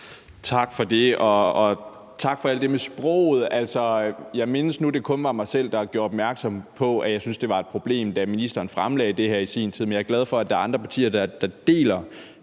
Tak for det. Og tak for alt det med sproget. Altså, jeg mindes nu, at det kun var mig selv, der gjorde opmærksom på, at jeg syntes, det var et problem, da ministeren fremlagde det her i sin tid, men jeg er glad for, at der er andre partier, der deler